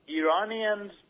Iranians